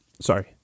sorry